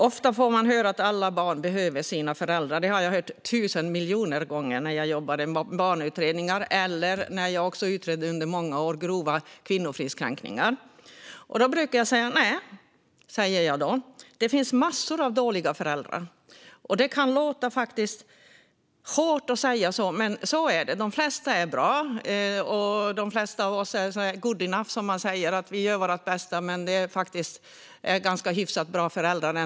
Ofta får man höra att alla barn behöver sina föräldrar. Jag hörde det tusen miljoner gånger när jag jobbade med barnutredningar och när jag under många år utredde grova kvinnofridskränkningar. Då brukar jag säga: Nej, det finns massor av dåliga föräldrar. Det kan låta hårt att säga så, men så är det. De flesta är bra, och de flesta av oss är good enough, som man säger - vi gör vårt bästa och är hyfsat bra föräldrar.